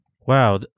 Wow